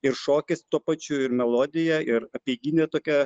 ir šokis tuo pačiu ir melodija ir apeiginė tokia